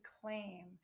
claim